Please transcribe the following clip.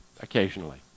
occasionally